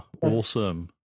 Awesome